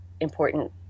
important